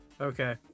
okay